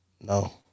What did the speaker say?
No